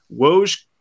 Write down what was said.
Woj